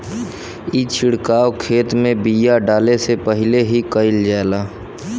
ई छिड़काव खेत में बिया डाले से पहिले ही कईल जाला